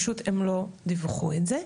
פשוט הם לא דיווחו את זה,